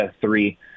three